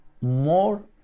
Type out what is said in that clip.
more